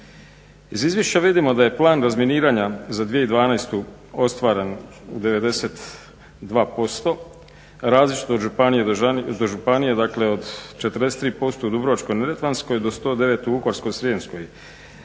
Iz izvješća vidimo da je plan razminiranja za 2012.ostvaren 92% različito od županije od 43% u Dubrovačko-neretvanskoj do 109 u Vukovarsko-srijemskoj.